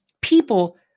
people